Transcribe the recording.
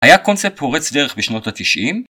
היה קונספט פורץ דרך בשנות התשעים